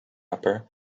upper